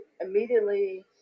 immediately